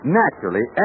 naturally